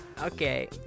Okay